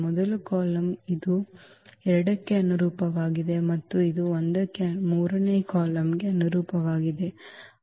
ಮೊದಲ ಕಾಲಮ್ ಇದು 2 ಕ್ಕೆ ಅನುರೂಪವಾಗಿದೆ ಮತ್ತು ಇದು 1 ಕ್ಕೆ ಮೂರನೇ ಕಾಲಮ್ಗೆ ಅನುರೂಪವಾಗಿದೆ